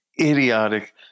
idiotic